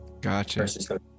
Gotcha